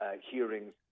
hearings